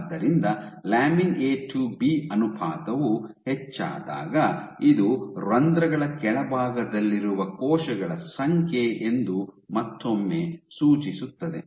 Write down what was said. ಆದ್ದರಿಂದ lamin A to B ಅನುಪಾತವು ಹೆಚ್ಚಾದಾಗ ಇದು ರಂಧ್ರಗಳ ಕೆಳಭಾಗದಲ್ಲಿರುವ ಕೋಶಗಳ ಸಂಖ್ಯೆ ಎಂದು ಮತ್ತೊಮ್ಮೆ ಸೂಚಿಸುತ್ತದೆ